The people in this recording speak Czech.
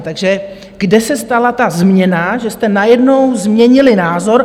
Takže kde se stala ta změna, že jste najednou změnili názor?